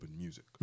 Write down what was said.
music